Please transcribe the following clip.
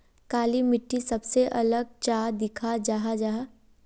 काली मिट्टी सबसे अलग चाँ दिखा जाहा जाहा?